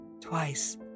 twice